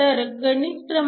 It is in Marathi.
तर गणित क्र